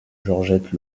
georgette